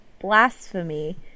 blasphemy